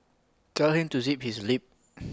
tell him to zip his lip